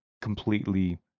completely